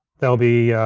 there'll be,